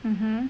mmhmm